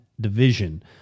division